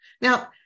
Now